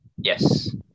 Yes